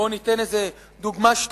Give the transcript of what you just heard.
בואו ניתן דוגמה או שתיים,